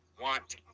want